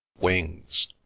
wings